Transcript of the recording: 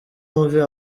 movie